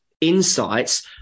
insights